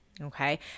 Okay